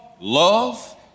love